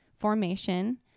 formation